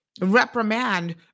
reprimand